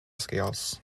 scales